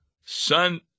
son